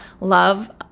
love